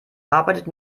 arbeitet